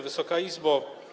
Wysoka Izbo!